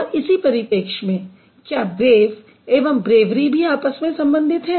और इसी परिपेक्ष्य में क्या ब्रेव एवं ब्रेवरी भी आपस में संबन्धित हैं